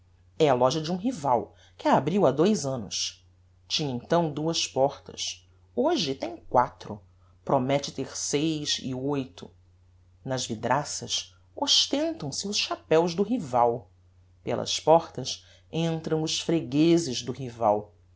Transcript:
é a loja de um rival que a abriu ha dois annos tinha então duas portas hoje tem quatro promette ter seis e oito nas vidraças ostentam se os chapeus do rival pelas portas entram os freguezes do rival